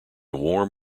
warm